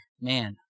man